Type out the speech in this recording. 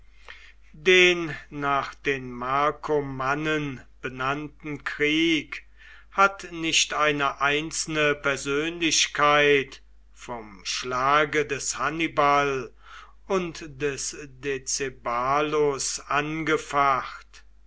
den nach den markomannen benannten krieg hat nicht eine einzelne persönlichkeit vom schlage des hannibal und des decebalus angefacht